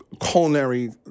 culinary